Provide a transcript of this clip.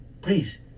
Please